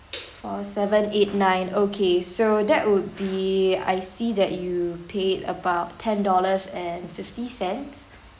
four seven eight nine okay so that would be I see that you paid about ten dollars and fifty cents